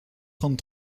trente